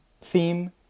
theme